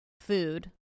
food